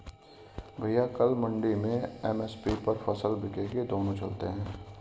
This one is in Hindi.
भैया कल मंडी में एम.एस.पी पर फसल बिकेगी दोनों चलते हैं